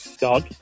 Dog